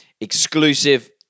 exclusive